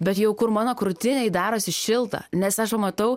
bet jau kur mano krūtinėj darosi šilta nes jau aš matau